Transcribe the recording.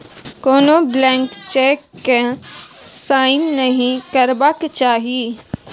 कोनो blank cheque केँ sign नहि करबाक चाही